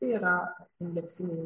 tai yra indeksiniai